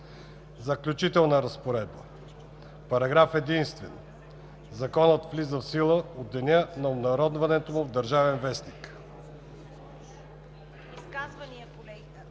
Заключителна разпоредба Параграф единствен. Законът влиза в сила от деня на обнародването му в „Държавен вестник“.“ ПРЕДСЕДАТЕЛ ЦВЕТА